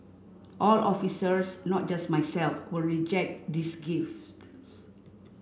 all officers not just myself will reject these